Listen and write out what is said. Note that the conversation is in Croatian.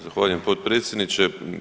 Zahvaljujem potpredsjedniče.